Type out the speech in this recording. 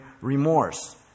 remorse